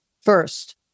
first